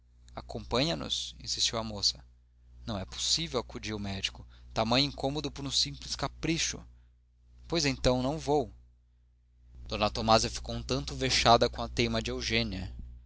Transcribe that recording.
supérflua acompanha nos insistiu a moça não é possível acudiu o médico tamanho incômodo por um simples capricho pois então não vou d tomásia ficou um tanto vexada com a teima de eugênia